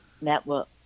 network